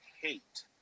hate